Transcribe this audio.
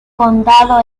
condado